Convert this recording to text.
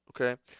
okay